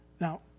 Now